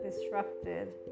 disrupted